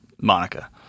monica